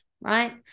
right